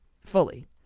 fully